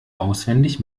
auswendig